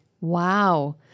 Wow